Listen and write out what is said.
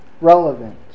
relevant